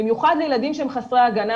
במיוחד לילדים שהם חסרי הגנה,